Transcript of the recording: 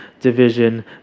division